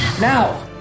Now